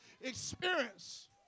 experience